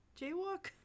jaywalk